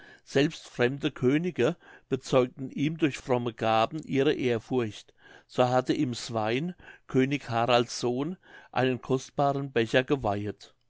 selbst fremde könige bezeugten ihm durch fromme gaben ihre ehrfurcht so hatte ihm swein könig haralds sohn einen kostbaren becher geweihet